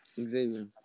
Xavier